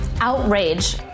outrage